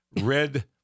red